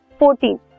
14